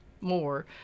more